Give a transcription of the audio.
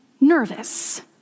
nervous